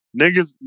niggas